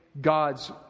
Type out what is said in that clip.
God's